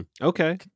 Okay